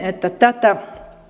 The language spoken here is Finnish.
että tätä